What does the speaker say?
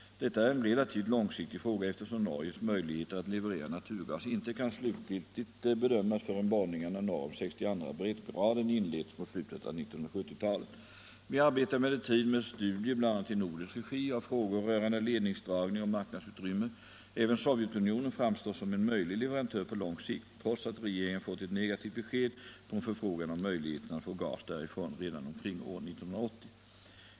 Detta är en relativt långsiktig fråga, eftersom Norges möjligheter att leverera naturgas inte kan slutligt bedömas förrän borrningarna norr om 62:a breddgraden inletts mot slutet av 1970-talet. Vi arbetar emellertid med studier, bl.a. i nordisk regi, av frågor rörande ledningsdragning och marknadsutrymme. Även Sovjetunionen framstår som en möjlig leverantör på lång sikt, trots att regeringen fått ett negativt besked på en förfrågan om möjligheterna att få gas därifrån redan omkring år 1980.